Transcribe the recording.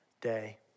day